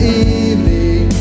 evening